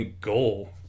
goal